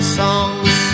songs